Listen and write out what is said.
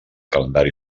calendari